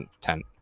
tent